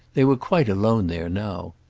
they were quite alone there now.